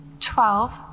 Twelve